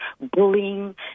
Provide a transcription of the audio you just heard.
bullying